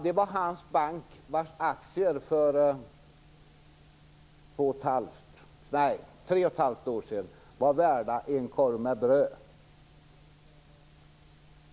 Det var hans bank vars aktier för tre och ett halvt år sedan var värda en korv med bröd.